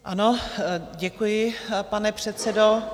Ano, děkuji, pane předsedo.